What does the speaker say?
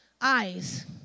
eyes